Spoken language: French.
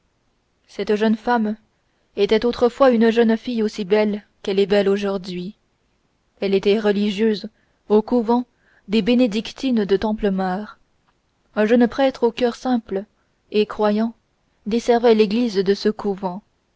cette jeune femme était autrefois une jeune fille aussi belle qu'elle est belle aujourd'hui elle était religieuse au couvent des bénédictines de templemar un jeune prêtre au coeur simple et croyant desservait l'église de ce couvent